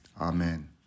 Amen